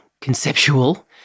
conceptual